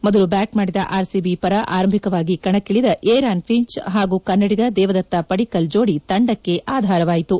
ಮೊದಲು ಬ್ವಾಟ್ ಮಾಡಿದ ಆರ್ ಸಿಬಿ ಪರ ಆರಂಭಿಕರಾಗಿ ಕಣಕ್ಕಿಳಿದ ಏರಾನ್ ಫಿಂಚ್ ಹಾಗೂ ಕನ್ನಡಿಗ ದೇವದತ್ತ ಪಡಿಕ್ಕಲ್ ಜೋಡಿ ತಂಡಕ್ಕೆ ಆಧಾರವಾಯಿತು